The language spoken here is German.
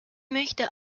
möchte